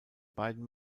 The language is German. beiden